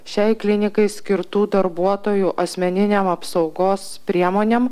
šiai klinikai skirtų darbuotojų asmeninėm apsaugos priemonėm